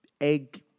egg